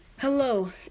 Hello